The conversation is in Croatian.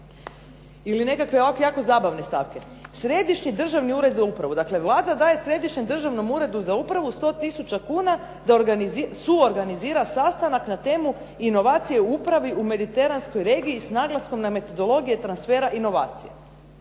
Ili nekakve ovako jako zabavne stavke. Središnji državni ured za upravu, dakle Vlada daje Središnjem državnom uredu za upravu 100 tisuća kuna da suorganizira sastanak na temu inovacije u upravi u mediteranskoj regiji s naglaskom na metodologije transfera inovacije,